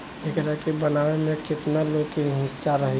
एकरा के बनावे में केतना लोग के हिस्सा रही